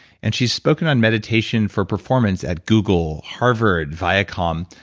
and she's spoken on meditation for performance at google, harvard, viacom,